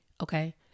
Okay